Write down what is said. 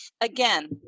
again